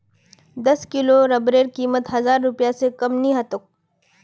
दस किलो रबरेर कीमत हजार रूपए स कम नी ह तोक